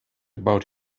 about